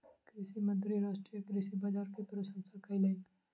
कृषि मंत्री राष्ट्रीय कृषि बाजार के प्रशंसा कयलैन